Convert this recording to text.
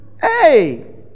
Hey